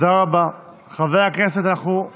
חבריי חברי הכנסת, זה